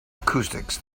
acoustics